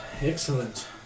Excellent